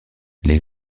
les